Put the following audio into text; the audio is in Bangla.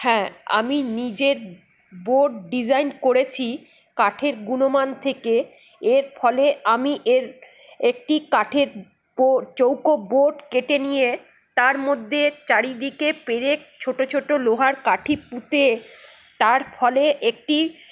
হ্যাঁ আমি নিজের বোর্ড ডিজাইন করেছি কাঠের গুণমান থেকে এর ফলে আমি এর একটি কাঠের টো চৌকো বোর্ড কেটে নিয়ে তার মধ্যে চারিদিকে পেরেক ছোট ছোট লোহার কাঠি পুঁতে তার ফলে একটি